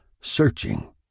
searching